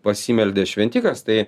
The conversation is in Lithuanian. pasimeldė šventikas tai